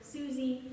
Susie